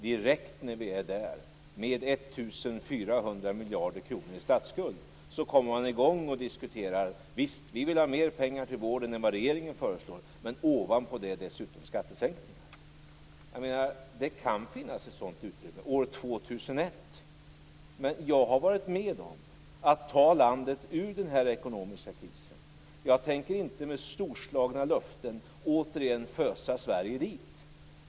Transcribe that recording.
Direkt när vi har kommit dit, fortfarande med 1 400 miljarder kronor i statsskuld, börjar man diskutera: "Visst, vi vill ha mer pengar till vården än vad regeringen föreslår, men ovanpå det dessutom skattesänkningar." Det kan finnas ett sådant utrymme år 2001. Men jag har varit med om att ta det här landet ur den ekonomiska krisen. Jag tänker inte med hjälp av storslagna löften återigen fösa Sverige dit.